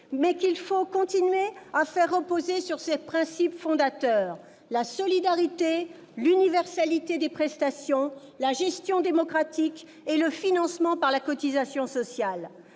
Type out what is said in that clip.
mais il faut continuer à le faire reposer sur ses principes fondateurs : la solidarité, l'universalité des prestations, la gestion démocratique et le financement par la cotisation sociale.